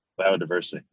biodiversity